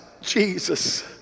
jesus